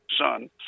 son